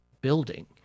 building